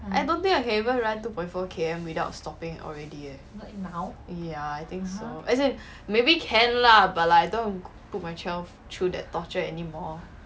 I don't think I can even run two point four K_M without stopping already eh ya I think so as in maybe can lah but like I don't want to put myself through that torture anymore